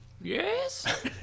Yes